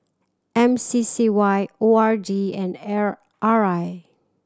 M C C Y O R D and L R I